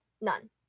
None